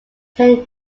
ten